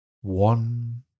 One